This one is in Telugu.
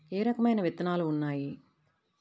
ఏ రకమైన విత్తనాలు ఉన్నాయి?